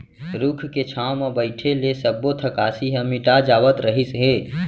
रूख के छांव म बइठे ले सब्बो थकासी ह मिटा जावत रहिस हे